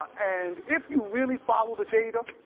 and if you really follow the data,